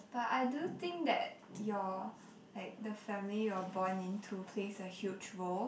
but I do think that your like the family you are born into plays a huge role